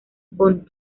von